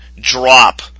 drop